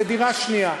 זו דירה שנייה,